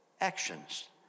actions